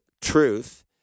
truth